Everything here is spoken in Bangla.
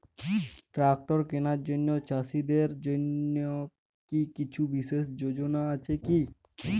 ট্রাক্টর কেনার জন্য চাষীদের জন্য কী কিছু বিশেষ যোজনা আছে কি?